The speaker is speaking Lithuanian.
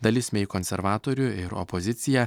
dalis mei konservatorių ir opozicija